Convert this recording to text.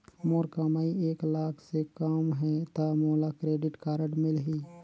मोर कमाई एक लाख ले कम है ता मोला क्रेडिट कारड मिल ही?